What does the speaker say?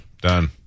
Done